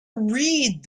read